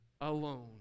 alone